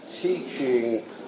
teaching